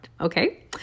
okay